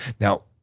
Now